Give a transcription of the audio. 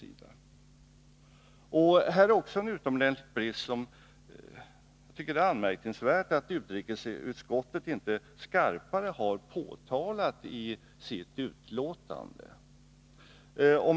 Här är också en utomordentligt allvarlig brist som jag tycker att det är anmärkningsvärt att utrikesutskottet inte skarpare har påtalat i sitt betänkande.